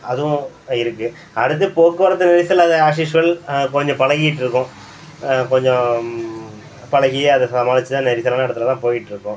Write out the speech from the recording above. அதுவும் இருக்குது அடுத்தது போக்குவரத்து நெரிசல் அது ஆஷ்யூஷ்வல் கொஞ்சம் பழகியிட்ருக்கும் கொஞ்சம் பழகி அதை சமாளிச்சு தான் நெரிசலான இடத்துலேலாம் போயிட்டிருக்கோம்